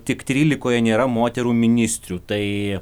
tik trylikoje nėra moterų ministrių tai